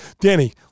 Danny